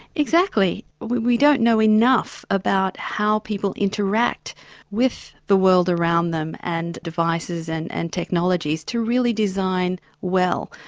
exactly. we we don't know enough about how people interact with the world around them and devices and and technologies to really design well.